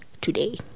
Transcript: Today